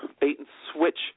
bait-and-switch